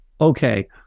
okay